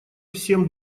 всем